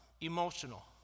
emotional